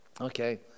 Okay